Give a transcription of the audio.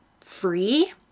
free